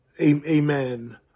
amen